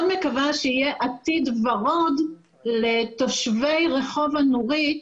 מקווה שיהיה עתיד ורוד לתושבי רחוב הנורית